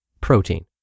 protein